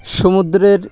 সমুদ্রের